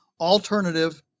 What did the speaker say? alternative